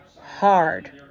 Hard